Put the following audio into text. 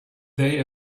day